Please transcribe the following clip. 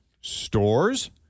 stores